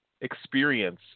experience